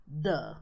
Duh